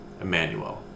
Emmanuel